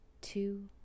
two